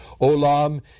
Olam